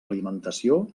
alimentació